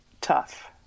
tough